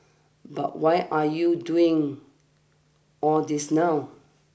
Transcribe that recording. but why are you doing all this now